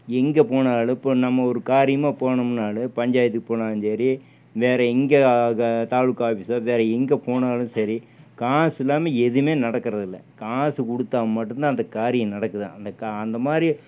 எங்கே போனாலும் இப்போ நம்ம ஒரு காரியமாக போனோம்னாலும் பஞ்சாயத்துக்கு போனாலும் சரி வேறு எங்கே தாலுக்கா ஆஃபிஸ்ஸோ வேறு எங்கே போனாலும் சரி காசுயில்லாமல் எதுவுமே நடக்கிறதில்ல காசு கொடுத்தா மட்டும் தான் அந்த காரியம் நடக்குது அந்த அந்த மாதிரி